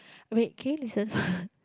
wait can you listen first